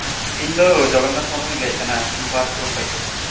ᱤᱧ ᱫᱚ ᱡᱚᱜᱚᱱᱱᱟᱛᱷ ᱢᱩᱨᱢᱩᱧ ᱞᱟᱹᱭ ᱮᱫ ᱠᱟᱱᱟ ᱵᱟᱱᱯᱩᱨ ᱠᱷᱚᱡ